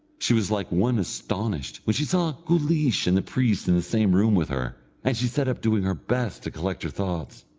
she was like one astonished when she saw guleesh and the priest in the same room with her, and she sat up doing her best to collect her thoughts.